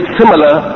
similar